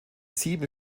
sieben